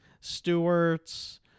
Stewart's